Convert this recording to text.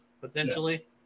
potentially